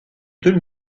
deux